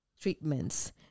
treatments